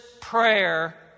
prayer